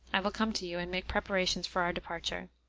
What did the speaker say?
i will come to you and make preparations for our departure.